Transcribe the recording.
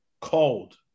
Cold